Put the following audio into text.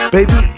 Baby